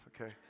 okay